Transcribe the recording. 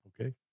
Okay